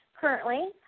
currently